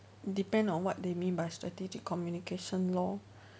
depend on what they mean by strategic communication lor